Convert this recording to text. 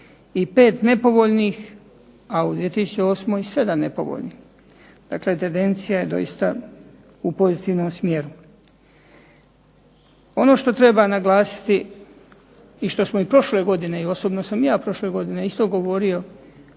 i 5 nepovoljnih a u 2008. 7 nepovoljnih. Dakle, tendencija je doista u pozitivnom smjeru. Ono što treba naglasiti i što smo i prošle godine i osobno sam ja prošle godine isto govorio